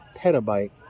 petabyte